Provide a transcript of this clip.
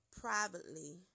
privately